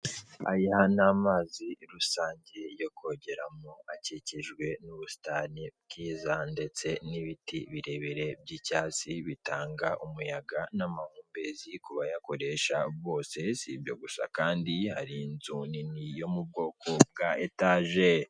Aya ni amazi rusange yo kogeramo akikijwe n'ubusitani bwiza ndetse n'ibiti birebire by'icyati bitanga umuyaga n'amahumbezi kubayakoresha bose. Si ibyo gusa kandi hari inzu nini yo mu bwoko bwa etaje.